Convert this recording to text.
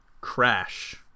Crash